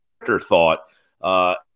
afterthought